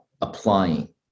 applying